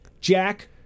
Jack